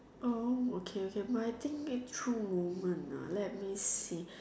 oh okay okay my think it through moment ah let me see